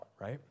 right